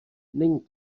není